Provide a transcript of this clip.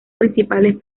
principales